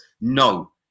No